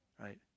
right